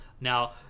Now